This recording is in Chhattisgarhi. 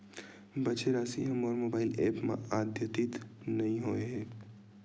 बचे राशि हा मोर मोबाइल ऐप मा आद्यतित नै होए हे